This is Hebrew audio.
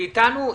איתנו,